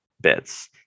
bits